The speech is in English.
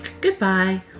Goodbye